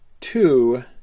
two